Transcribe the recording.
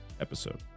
episode